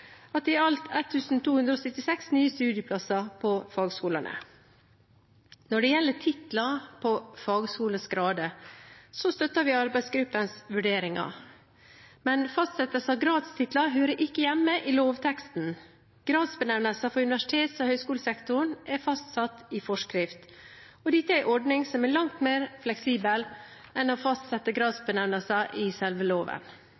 i alt 1 276 nye studieplasser på fagskolene. Når det gjelder titler på fagskolenes grader, støtter vi arbeidsgruppens vurderinger. Men fastsettelsen av gradstitler hører ikke hjemme i lovteksten. Gradsbenevnelser for universitets- og høyskolesektoren er fastsatt i forskrift, og dette er en ordning som er langt mer fleksibel enn å fastsette gradsbenevnelser i selve loven.